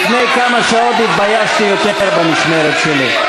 לפני כמה שעות התביישתי יותר במשמרת שלי.